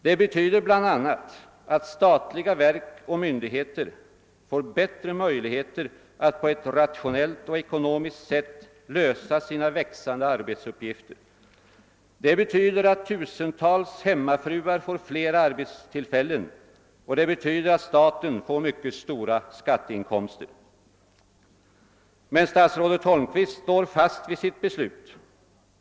Det betyder bl.a. att statliga verk och myndigheter får bättre möjligheter att på ett rationellt och ekonomiskt sätt lösa sina växande arbetsuppgifter. Det betyder att tusentals hemmafruar får flera arbetstillfällen, och det betyder att staten får mycket stora skatteinkomster. Men statsrådet Holmqvist står fast vid sitt beslut.